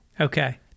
Okay